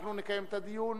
אנחנו נקיים את הדיון